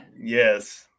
Yes